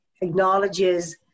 acknowledges